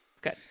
Good